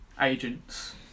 Agents